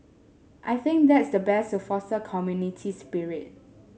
I think that's the best to foster community spirit